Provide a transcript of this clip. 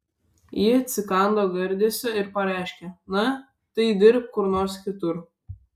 ji atsikando gardėsio ir pareiškė na tai dirbk kur nors kitur